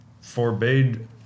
forbade